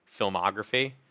filmography